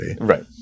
Right